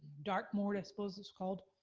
dark mode, i suppose it's called.